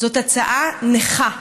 זאת הצעה נכה.